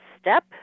step